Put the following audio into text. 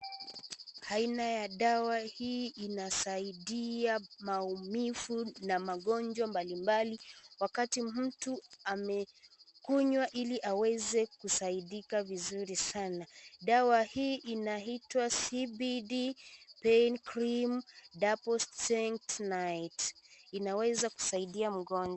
Aina ya dawa hii inasaidia maumivu na magonjwa mbalimbali wakati mtu amekunywa ili aweze kusaidika vizuri Sana. Dawa hii inaitwa cbd pain cream double strength . Inaweza kusaidia mgonjwa .